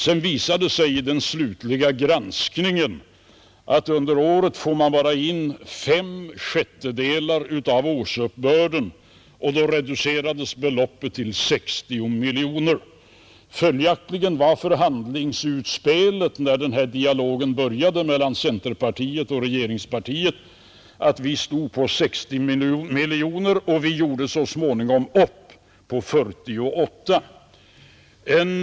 Sedan visade det sig vid den slutliga granskningen att under året får man bara in fem sjättedelar av årsuppbörden, och därigenom reducerades beloppet till 60 miljoner. Följaktligen var förhandlingsutspelet 60 miljoner kronor när denna dialog började mellan centerpartiet och regeringspartiet, och vi gjorde så småningom upp på 48 miljoner.